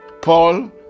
paul